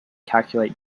calculate